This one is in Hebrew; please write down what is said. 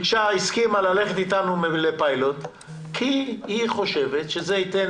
הסכימה ללכת איתנו לפיילוט כי היא חושבת שזה ייתן